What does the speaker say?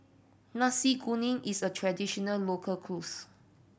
Nasi Kuning is a traditional local